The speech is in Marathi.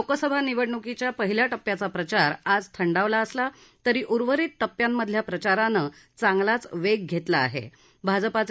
लोकसभा निवडण्कीच्या पहिल्या टप्प्याचा प्रचार आज थंडावला असला तरी उर्वरित टप्प्यांमधल्या प्रचारानं चांगलाच वेग घेतला आहे भाजपाचे